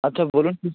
আচ্ছা বলুন কী